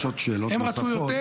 יש עוד שאלות נוספות,